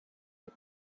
you